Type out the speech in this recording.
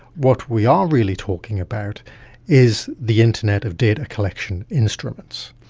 what we are really talking about is the internet of data collection instruments.